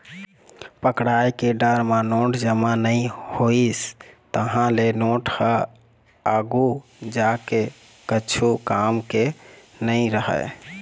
पकड़ाय के डर म नोट जमा नइ होइस, तहाँ ले नोट ह आघु जाके कछु काम के नइ रहय